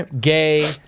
gay